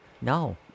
No